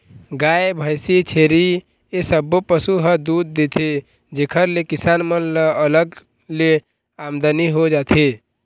गाय, भइसी, छेरी ए सब्बो पशु ह दूद देथे जेखर ले किसान मन ल अलग ले आमदनी हो जाथे